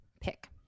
pick